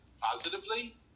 positively